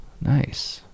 nice